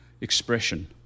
expression